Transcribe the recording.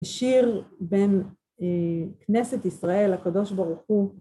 שיר בין כנסת ישראל, הקדוש ברוך הוא,